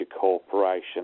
corporation